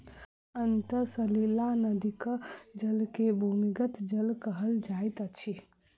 अंतः सलीला नदीक जल के भूमिगत जल कहल जाइत अछि